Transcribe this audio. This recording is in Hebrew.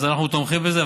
אז אנחנו תומכים בזה.